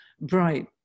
bright